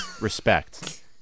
respect